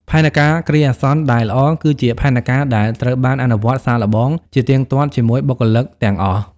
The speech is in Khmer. ផែនការគ្រាអាសន្នដែលល្អ គឺជាផែនការដែលត្រូវបាន អនុវត្តសាកល្បង ជាទៀងទាត់ជាមួយបុគ្គលិកទាំងអស់។